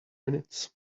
minutes